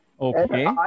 Okay